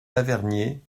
lavernié